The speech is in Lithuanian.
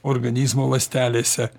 organizmo ląstelėse